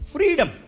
Freedom